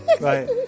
right